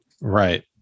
Right